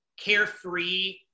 carefree